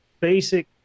basic